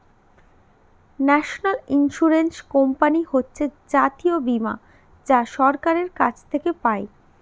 national insurance company হচ্ছে জাতীয় বীমা যা সরকারের কাছ থেকে পাই